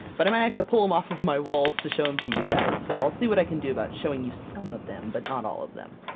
but i might have to pull them off of my walls to show them to you guys. so i'll see what i can do about showing you some of them, but not all of them.